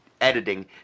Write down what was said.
editing